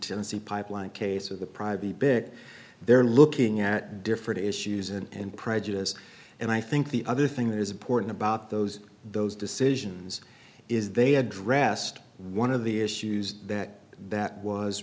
tennessee pipeline case of the private big they're looking at different issues and prejudice and i think the other thing that is important about those those decisions is they had dressed one of the issues that that was